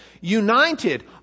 united